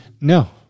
No